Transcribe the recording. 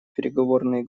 переговорные